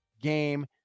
game